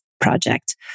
project